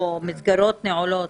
או מסגרות נעולות,